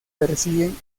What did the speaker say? persiguen